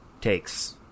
takes